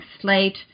slate